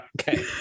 Okay